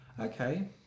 okay